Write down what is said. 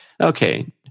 Okay